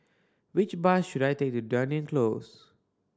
which bus should I take to Dunearn Close